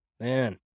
man